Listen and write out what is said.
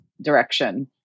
direction